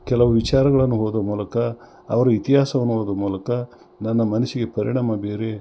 ಕೆಲವು ವಿಚಾರಗಳನ್ನು ಓದೋ ಮೂಲಕ ಅವರ ಇತಿಹಾಸವನ್ನು ಓದೋ ಮೂಲಕ ನನ್ನ ಮನಸ್ಸಿಗೆ ಪರಿಣಾಮ ಬೀರಿ